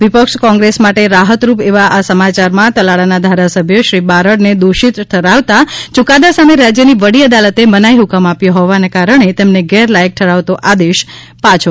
વિપક્ષ કોંગ્રેસ માટે રાહત રૂપ એવા આ સમાચારમાં તાલાળાના ધારાસભ્ય શ્રી બારડને દોષિત ઠરાવતા યુકાદા સામે રાજ્યની વડી અદાલતે મનાઈ હુકમ આપ્યો હોવાને કારણે તેમને ગેરલાયક ઠરાવતો આદેશ પાછો ખેંચવામાં આવ્યો છે